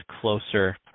closer